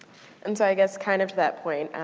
and so, i guess, kind of to that point,